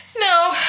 No